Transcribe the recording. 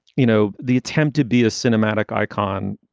you know, the attempt to be a cinematic icon,